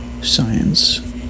science